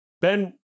Ben